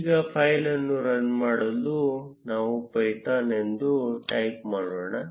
ಈಗ ಫೈಲ್ ಅನ್ನು ರನ್ ಮಾಡಲು ನಾವು ಪೈಥಾನ್ ಎಂದು ಟೈಪ್ ಮಾಡೋಣ